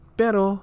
pero